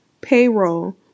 payroll